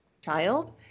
child